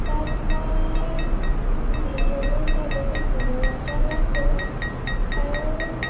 তাত মই ভিডিঅ'বোৰ চাই বহুত মনোৰঞ্জন লাভ কৰোঁ আৰু